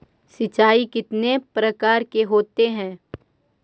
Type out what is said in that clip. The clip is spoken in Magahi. सिंचाई कितने प्रकार के होते हैं?